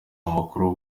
amakuru